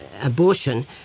abortion